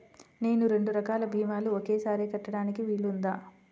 నేను రెండు రకాల భీమాలు ఒకేసారి కట్టడానికి వీలుందా?